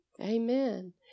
Amen